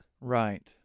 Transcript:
Right